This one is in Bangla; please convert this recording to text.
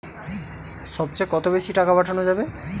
সব চেয়ে কত বেশি টাকা পাঠানো যাবে?